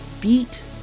beat